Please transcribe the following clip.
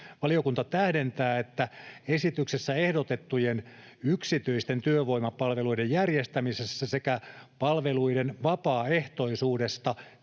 Valiokunta tähdentää, että esityksessä ehdotettujen yksityisten työvoimapalveluiden järjestämisestä sekä palveluiden vapaaehtoisuudesta